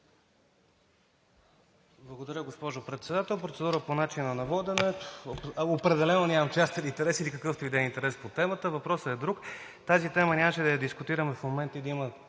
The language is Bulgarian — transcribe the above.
Благодаря, госпожо Председател. Процедура по начина на водене. Аз определено нямам частен или какъвто и да е интерес по темата. Въпросът е друг и тази тема нямаше да я дискутираме в момента и